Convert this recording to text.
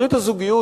ברית הזוגיות,